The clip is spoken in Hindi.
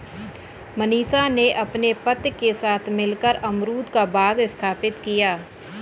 मनीषा ने अपने पति के साथ मिलकर अमरूद का बाग स्थापित किया